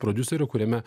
prodiuseriu kuriame